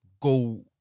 go